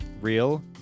real